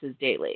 daily